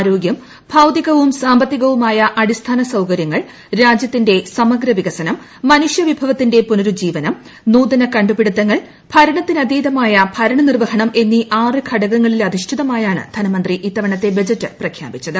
ആരോഗ്യം ഭൌതികവും സാമ്പത്തികവുമായ അടിസ്ഥാന സൌകര്യങ്ങൾ രാജ്യത്തിന്റെ സമഗ്ര വികസ്ന്റ് ് മനുഷ്യ വിഭവത്തിന്റെ പുനരുജ്ജീവനം നൂതന കണ്ടു്പിടുത്തങ്ങൾ ഭരണത്തിനതീതമായ് ഭരണ നിർവഹണം എന്നീ ആറ്റ് ഘടകങ്ങളിൽ അധിഷ്ടിതമായാണ് ധനമന്ത്രി ഇത്തവണത്തെ ബ്ജറ്റ് പ്രഖ്യാപിച്ചത്